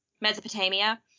Mesopotamia